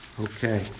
Okay